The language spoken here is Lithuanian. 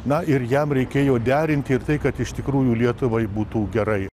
na ir jam reikėjo derinti ir tai kad iš tikrųjų lietuvai būtų gerai